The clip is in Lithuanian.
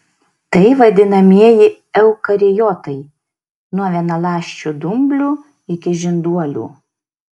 tai vadinamieji eukariotai nuo vienaląsčių dumblių iki žinduolių